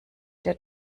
der